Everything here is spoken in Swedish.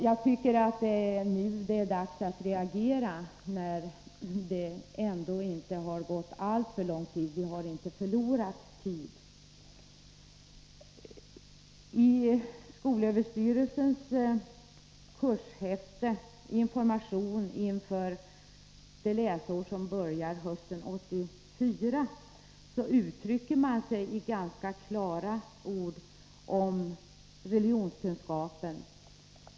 Jag tycker att det är dags att reagera nu, innan det har förflutit alltför lång tid. I skolöverstyrelsens kurshäfte med information inför det läsår som börjar hösten 1984 uttrycker man sig i ganska klara ordalag om religionskunskapen.